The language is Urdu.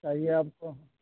چاہیے آپ کو